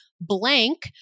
blank